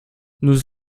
nous